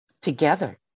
together